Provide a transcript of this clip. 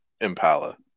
Impala